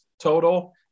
total